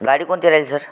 गाडी कोणती राहील सर